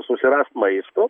susirast maisto